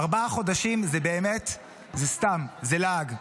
ארבעה חודשים זה באמת סתם, זה לעג.